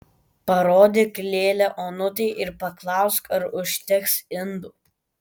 parodyk lėlę onutei ir paklausk ar užteks indų